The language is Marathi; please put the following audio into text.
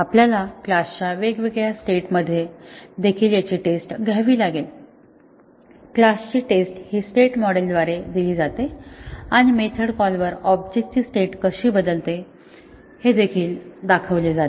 आपल्याला क्लास च्या वेगवेगळ्या स्टेट मध्ये देखील याची टेस्ट घ्यावी लागेल क्लास ची स्टेट हि स्टेट मॉडेलद्वारे दिली जाते आणि मेथड कॉलवर ऑब्जेक्टची स्टेट कशी बदलते हे देखील दाखवले जाते